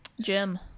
jim